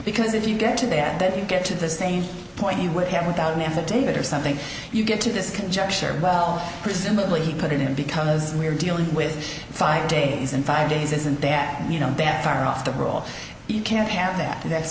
because if you get to that then you get to the same point he would have without an affidavit or something you get to this conjecture well presumably he put it in because we're dealing with five days and five days isn't that you know that far off the ball you can't have that and that's